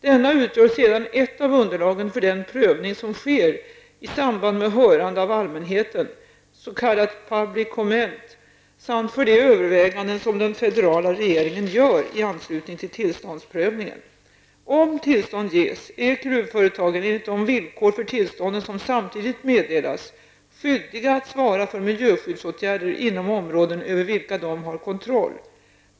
Denna utgör sedan ett av underlagen för den prövning som sker i samband med hörande av allmänheten samt för de överväganden som den federala regeringen gör i anslutning till tillståndsprövningen. Om tillstånd ges är gruvföretagen, enligt de villkor för tillstånden som samtidigt meddelas, skyldiga att svara för miljöskyddsåtgärder inom områden över vilka de har kontroll.